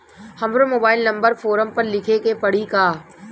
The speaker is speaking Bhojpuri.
हमरो मोबाइल नंबर फ़ोरम पर लिखे के पड़ी का?